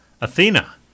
athena